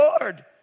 Lord